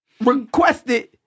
requested